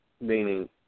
Meaning